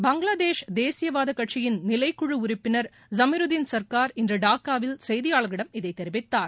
பங்களாதேஷ் தேசியவாத கட்சியின் நிலைக்குழ உறுப்பினர் ஜமீருதின் சர்க்கார் இன்று டாக்காவில் செய்தியாளர்களிடம் இதை தெரிவித்தார்